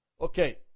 Okay